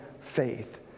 faith